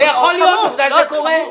זה יכול להיות, עובדה שזה קורה.